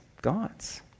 gods